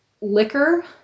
liquor